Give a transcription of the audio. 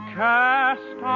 cast